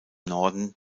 norden